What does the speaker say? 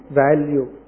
value